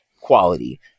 quality